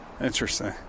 Interesting